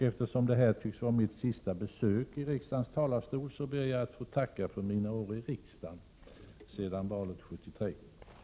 Eftersom detta tycks vara mitt sista besök i riksdagens talarstol, ber jag att få tacka för mina år i riksdagen sedan valet 1973.